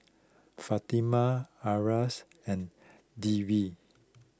Fatimah Aras and Dewi